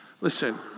Listen